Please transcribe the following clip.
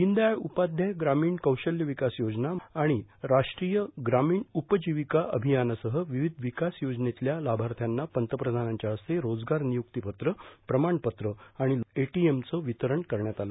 दिनदयाळ उपाध्याय ग्रामीण कौशल्य विकास योजना मुख्यमंत्री ग्रामोदय योजना आणि राष्ट्रीय ग्रामीण उपजिविका अभियानासह विविध विकास योजनेतल्या लाभार्थ्यांना पंतप्रधानांच्या हस्ते रोजगार नियुक्ती पत्र प्रमाणपत्र आणि लघु एटीएमचं वितरण करण्यात आलं